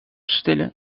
stille